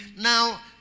Now